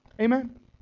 Amen